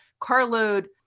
carload